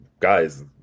Guys